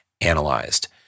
analyzed